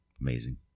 amazing